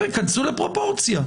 כנסו לפרופורציות.